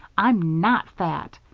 i'm not fat.